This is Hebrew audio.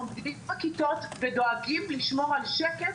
עובדים בכיתות ודואגים לשמור על שקט